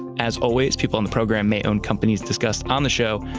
as always, people on the program may own companies discussed on the show,